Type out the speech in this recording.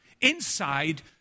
inside